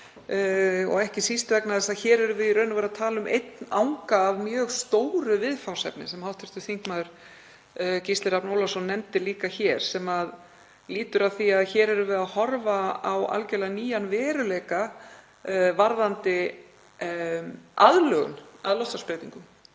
ekki síst vegna þess að hér erum við í raun og veru að tala um einn anga af mjög stóru viðfangsefni sem hv. þm. Gísli Rafn Ólafsson nefndi líka og lýtur að því að hér erum við að horfa á algerlega nýjan veruleika varðandi aðlögun að loftslagsbreytingum,